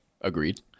Agreed